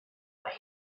mae